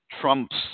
trumps